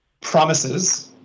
promises